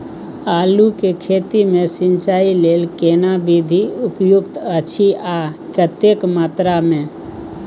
आलू के खेती मे सिंचाई लेल केना विधी उपयुक्त अछि आ कतेक मात्रा मे?